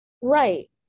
Right